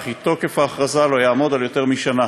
וכי תוקף ההכרזה לא יעמוד על יותר משנה.